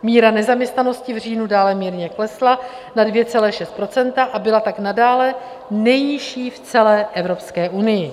Míra nezaměstnanosti v říjnu dále mírně klesla na 2,6 procenta a byla tak nadále nejnižší v celé Evropské unii.